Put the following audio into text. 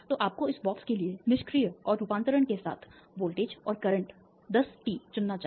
तो आपको इस बॉक्स के लिए निष्क्रिय और रूपांतरण के साथ वोल्टेज और करंट consis10t चुनना चाहिए